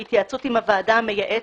בהתייעצות עם הוועדה המייעצת,